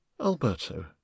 alberto